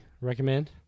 recommend